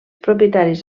propietaris